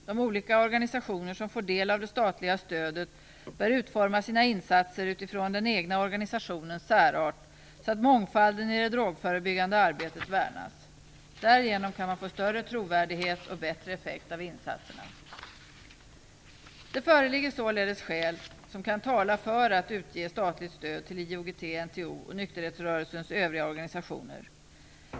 De olika organisationer som får del av det statliga stödet bör utforma sina insatser utifrån den egna organisationens särart så att mångfalden i det drogförebyggande arbetet kan värnas. Därigenom kan man få större trovärdighet och bättre effekt av insatserna. Det föreligger således skäl som kan tala för att utge statligt stöd till IOGT-NTO och nykterhetsrörelsens övriga organisationer.